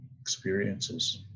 experiences